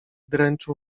dręczył